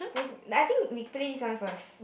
I think we play this one first